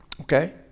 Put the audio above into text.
Okay